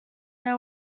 they